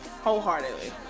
wholeheartedly